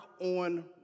on